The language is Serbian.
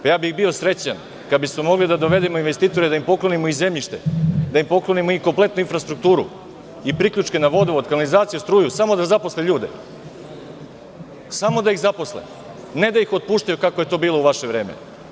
Bio bih srećan kad bismo mogli da dovedemo investitore, da im poklonimo i zemljište i kompletnu infrastrukturu i priključke na vodovod, kanalizaciju, struju, samo da zaposle ljude, samo da ih zaposle, a ne da ih otpuštaju, kako je to bilo u vaše vreme.